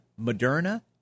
Moderna